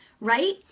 right